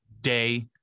day